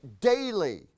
daily